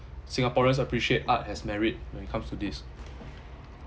singaporeans appreciate art has merit when it comes to this